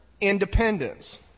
independence